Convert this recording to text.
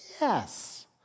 Yes